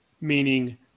meaning